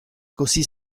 così